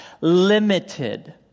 limited